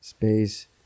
space